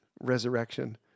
resurrection